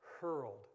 hurled